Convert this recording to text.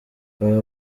abo